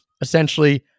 essentially